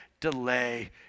delay